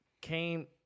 came